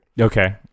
okay